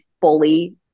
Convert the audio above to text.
fully